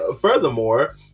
furthermore